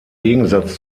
gegensatz